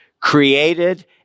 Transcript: created